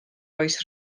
oes